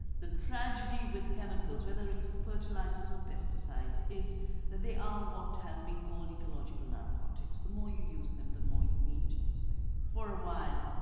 the tragedy with chemicals, whether it's fertilizers or pesticides, is that they are what has been called ecological narcotics the more you use them, the more you need to use them. for a while,